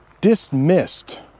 dismissed